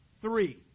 Three